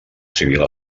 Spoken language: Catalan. civil